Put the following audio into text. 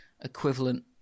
equivalent